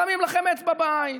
שמים לכם אצבע בעין.